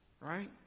right